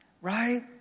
right